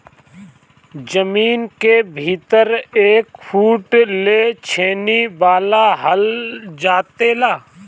जमीन के भीतर एक फुट ले छेनी वाला हल जोते ला